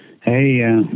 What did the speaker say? Hey